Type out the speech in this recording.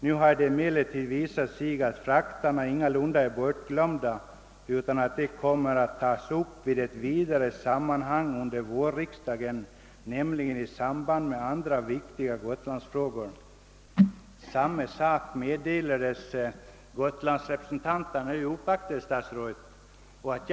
Nu har det emellertid visat sig att frakterna ingalunda är bortglömda, utan att de kommer att tas upp vid ett vidare sammanhang under vårriksdagen, nämligen i samband med andra viktiga gotlandsfrågor.» Samma besked fick de gotlandsrepresentanter som uppvaktade statsrådet Lundkvist.